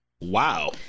Wow